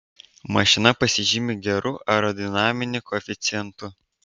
mašina pasižymi geru aerodinaminiu koeficientu